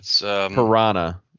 Piranha